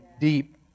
deep